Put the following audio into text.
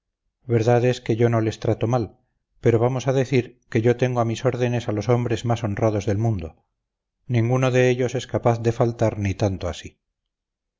mí verdad es que yo no les trato mal pero vamos al decir que yo tengo a mis órdenes a los hombres más honrados del mundo ninguno de ellos es capaz de faltar ni tanto así